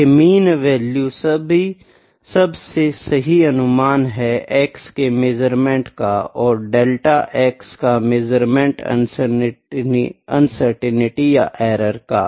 ये mean value सबसे सही अनुमान है x के मेज़रमेंट का और डेल्टा x का मेज़रमेंट अनसर्टेनिटी या एरर का